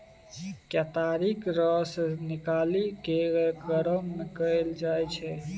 केतारीक रस निकालि केँ गरम कएल जाइ छै